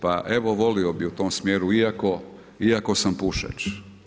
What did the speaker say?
Pa evo, volio bih u tom smjeru iako sam pušač.